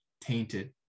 tainted